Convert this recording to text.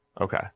Okay